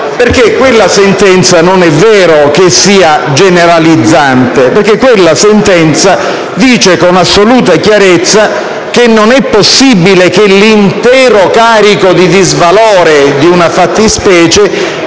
vero che quella sentenza sia generalizzante. Quella sentenza dice con assoluta chiarezza che non è possibile che l'intero carico di disvalore di una fattispecie